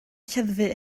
lleddfu